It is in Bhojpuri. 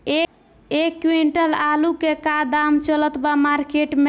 एक क्विंटल आलू के का दाम चलत बा मार्केट मे?